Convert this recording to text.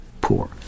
poor